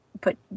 put